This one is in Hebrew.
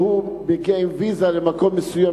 כשהוא מגיע עם ויזה למקום מסוים,